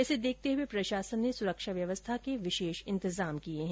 इसे देखते हुए प्रशासन ने सुरक्षा व्यवस्था के विशेष इन्तजाम किए है